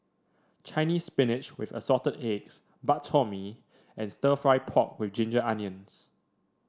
Chinese Spinach with Assorted Eggs Bak Chor Mee and stir fry pork with Ginger Onions